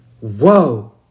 Whoa